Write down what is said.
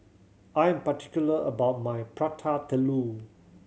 I'm particular about my Prata Telur